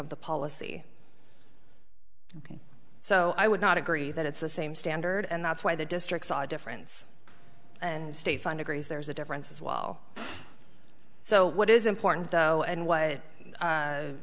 of the policy so i would not agree that it's the same standard and that's why the district saw difference and state funded griese there is a difference as well so what is important though and what